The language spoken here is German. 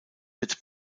wird